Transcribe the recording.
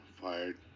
Fired